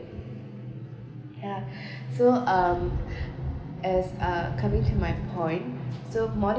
yeah so um as uh coming to my point so modern